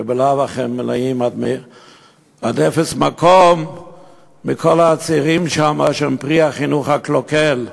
שבלאו הכי מלאים עד אפס מקום בכל הצעירים שהם פרי החינוך הקלוקל.